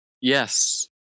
Yes